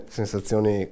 sensazioni